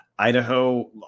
Idaho